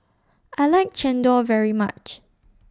I like Chendol very much